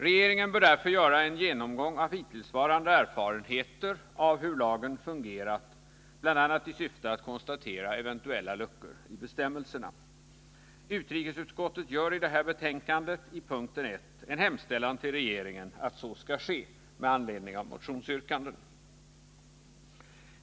Regeringen bör därför göra en genomgång av hittillsvarande erfarenheter av hur lagen fungerat, bl.a. i syfte att konstatera eventuella luckor i bestämmelserna. Utrikesutskottet gör i det här betänkandet i punkt 1 en hemställan till regeringen att så skall ske med anledning av motionsyrkanden.